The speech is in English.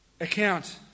account